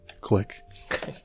Click